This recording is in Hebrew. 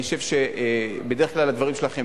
אני חושב שבדרך כלל הדברים שלך הגיוניים,